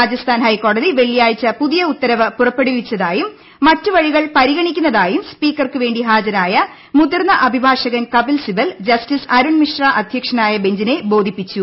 രാജസ്ഥാൻ ഹൈക്കോടതി വെള്ളിയാഴ്ച പുതിയ ഉത്തരവ് പുറപ്പെടുവിച്ചതായും മറ്റു വഴിക്ൾ പരിഗണിക്കുന്നതായും സ്പീക്കർക്കുവേണ്ടി ഹാജിരായ് മുതിർന്ന അഭിഭാഷകൻ കപിൽ സിബൽ ജസ്റ്റിസ്സ് അരുൺ മിശ്ര അധ്യക്ഷനായ ബെഞ്ചിനെ ബോധിപ്പിച്ചു